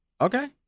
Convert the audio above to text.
Okay